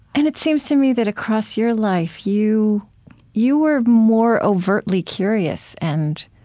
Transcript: and it seems to me that across your life, you you were more overtly curious and